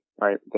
right